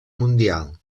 mundial